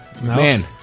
man